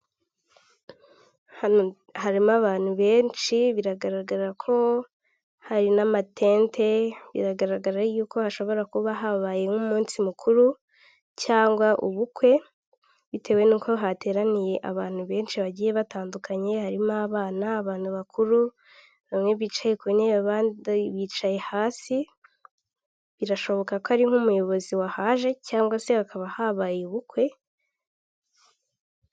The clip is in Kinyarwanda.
Agapapuro k'ibara ry'umuhondo kandikishijwemo amabara y'umuhondo ndetse n'umukara, kerekana uburyo bwo kwishyura amafaranga uyanyujije kuri Emutiyene mu momopeyi, bifasha umucuruzi cyangwa se umukiriya kugira ngo abashe gukorana ubucuruzi.